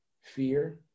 fear